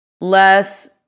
less